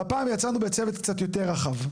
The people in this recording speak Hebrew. והפעם יצאנו בצוות יותר רחב.